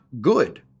good